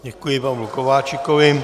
Děkuji Pavlu Kováčikovi.